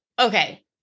okay